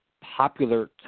popular